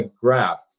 graph